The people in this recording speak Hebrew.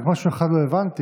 רק משהו אחד לא הבנתי: